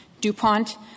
DuPont